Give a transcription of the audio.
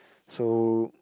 so